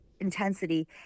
intensity